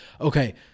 okay